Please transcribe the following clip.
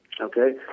Okay